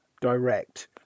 Direct